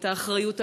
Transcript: האחריות,